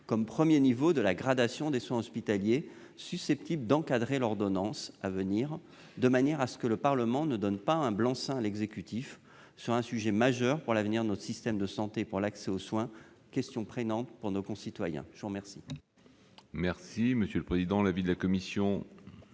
comme premier niveau de la gradation des soins hospitaliers, susceptible d'encadrer l'ordonnance à venir, de manière à ce que le Parlement ne donne pas un blanc-seing à l'exécutif sur un sujet majeur pour l'avenir de notre système de santé et pour l'accès aux soins, question prégnante pour nos concitoyens. Quel